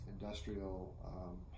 industrial